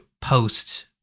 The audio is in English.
post